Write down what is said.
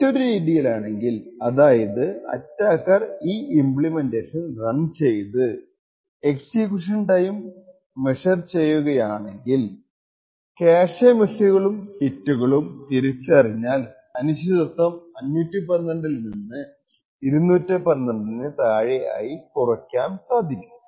മറ്റൊരു രീതിയിലാണെങ്കിൽ അതായത് അറ്റാക്കർ ഈ ഇമ്പ്ലിമെൻറ്റേഷൻ റൺ ചെയ്ത് എക്സിക്യൂഷൻ ടൈം മെഷർ ചെയ്യുകയാണെങ്കിൽ ക്യാഷെ മിസ്സുകളും ഹിറ്റുകളും തിരിച്ചറിഞാൽ അനിശ്ചിതത്വം 512 ൽ നിന്ന് 256 ന് താഴെ ആയി കുറക്കാം